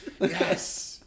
Yes